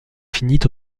finit